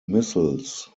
missiles